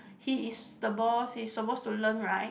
he is the boss he is suppose to learn right